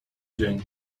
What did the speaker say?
dzień